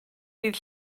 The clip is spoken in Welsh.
dydd